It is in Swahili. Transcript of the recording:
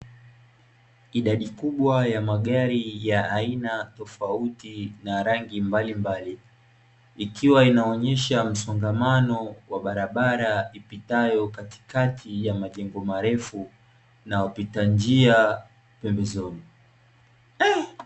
Idadi kubwa ya magari ya aina tofauti na rangi mbalimbali, ikiwa inaonyesha msongamano wa barabara ipitayo katikati ya majengo marefu na wapita njia pembezoni.